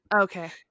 Okay